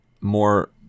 more